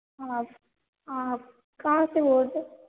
हाँ आप कहाँ से बोल रहे